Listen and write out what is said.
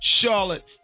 Charlotte